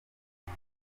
nta